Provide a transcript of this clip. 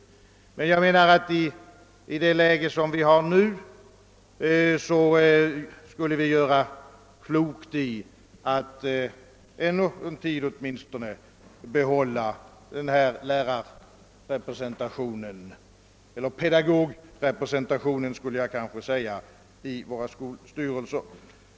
I nuvarande läge menar jag emellertid att det skulle vara klokt att åtminstone ännu någon tid behålla pedagogrepresentationen i våra skolstyrelser.